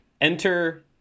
Enter